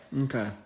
Okay